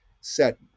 set